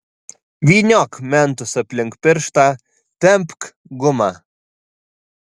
vyniok mentus aplink pirštą tempk gumą